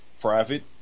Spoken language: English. private